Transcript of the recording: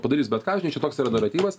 padarys bet ką žinai čia toks yra naratyvas